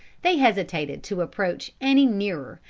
they hesitated to approach any nearer,